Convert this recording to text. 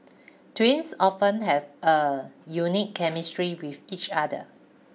twins often have a unique chemistry with each other